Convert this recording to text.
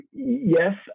Yes